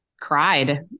cried